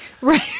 Right